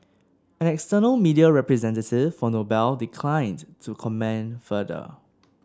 an external media representative for Noble declined to comment further